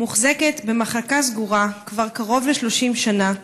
מוחזקת במחלקה סגורה כבר קרוב ל-30 שנה,